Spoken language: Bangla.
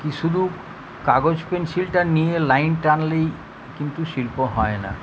কি শুধু কাগজ পেনসিলটা নিয়ে লাইন টানলেই কিন্তু শিল্প হয় না